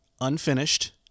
unfinished